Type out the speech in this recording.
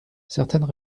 certaines